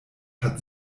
hat